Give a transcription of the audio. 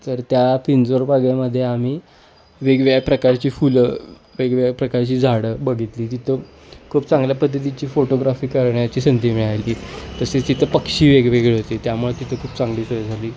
तर त्या पिंजौर बागेमध्ये आम्ही वेगवेगळ्या प्रकारची फुलं वेगवेगळ्या प्रकारची झाडं बघितली तिथं खूप चांगल्या पद्धतीची फोटोग्राफी करण्याची संधी मिळाली तसेच तिथं पक्षी वेगवेगळे होते त्यामुळं तिथं खूप चांगली सोय झाली